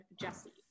Jesse